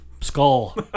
skull